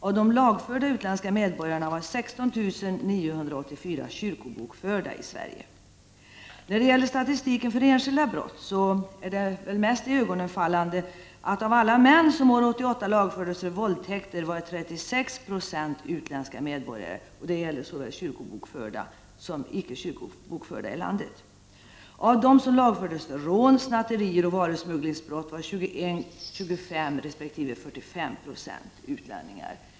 Av de lagförda utländska medborgarna var 16 984 kyrkobokförda i Sverige. När det gäller statistiken för enskilda brott är det mest iögonfallande att 36 76 av alla män som år 1988 lagfördes för våldtäkter var utländska medborgare, och det gäller såväl kyrkobokförda som icke kyrkobokförda män i landet. Av dem som lagfördes för rån, snatteri och varusmugglingsbrott var 21, 25 resp. 45 70 utlänningar.